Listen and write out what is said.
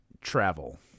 travel